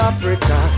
Africa